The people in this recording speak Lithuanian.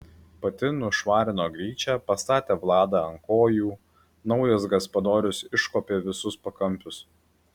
pati nušvarino gryčią pastatė vladą ant kojų naujas gaspadorius iškuopė visus pakampius